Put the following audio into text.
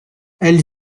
elle